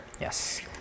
Yes